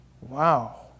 Wow